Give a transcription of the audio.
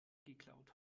geklaut